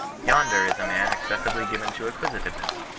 yonder is a man excessively given to acquisitiveness.